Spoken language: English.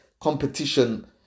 competition